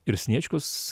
ir sniečkus